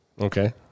Okay